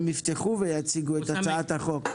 הם יפתחו ויציגו את הצעת החוק.